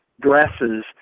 dresses